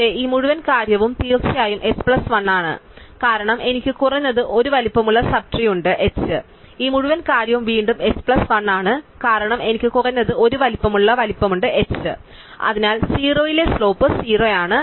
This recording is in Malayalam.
പക്ഷേ ഈ മുഴുവൻ കാര്യവും തീർച്ചയായും h പ്ലസ് 1 ആണ് കാരണം എനിക്ക് കുറഞ്ഞത് 1 വലിപ്പമുള്ള സബ് ട്രീ ഉണ്ട് h ഈ മുഴുവൻ കാര്യവും വീണ്ടും h പ്ലസ് 1 ആണ് കാരണം എനിക്ക് കുറഞ്ഞത് 1 വലിപ്പമുള്ള വലിപ്പമുണ്ട് h അതിനാൽ 0 ലെ സ്ലോപ്പ് 0 ആണ്